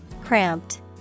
Cramped